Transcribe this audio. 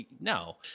no